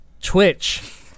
Twitch